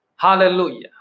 Hallelujah